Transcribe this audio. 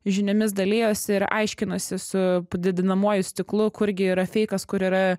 žiniomis dalijosi ir aiškinosi su padidinamuoju stiklu kurgi yra feikas kur yra